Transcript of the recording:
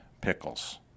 pickles